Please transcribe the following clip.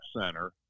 Center